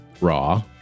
raw